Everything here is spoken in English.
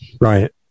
Right